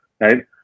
right